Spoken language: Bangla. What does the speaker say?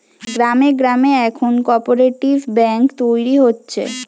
গ্রামে গ্রামে এখন কোপরেটিভ বেঙ্ক তৈরী হচ্ছে